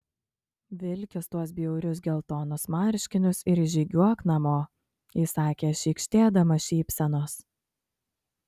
vilkis tuos bjaurius geltonus marškinius ir žygiuok namo įsakė šykštėdama šypsenos